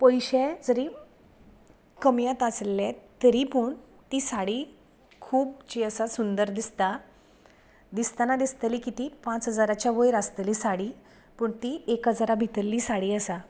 पयशें जरी कमीयत आसलें तरी पूण ती साडी खूब जी आसा सुंदर दिसता दिसताना दिसतली की ती पांच हजाराच्या वयर आसतली साडी पूण ती एक हजारा भितरली साडी आसा